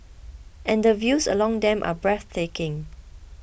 and the views along them are breathtaking